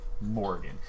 Morgan